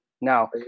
now